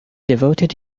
devoted